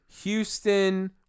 Houston